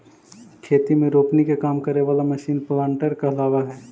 खेती में रोपनी के काम करे वाला मशीन प्लांटर कहलावऽ हई